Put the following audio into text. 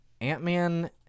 Ant-Man